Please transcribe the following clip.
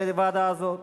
לוועדה הזאת?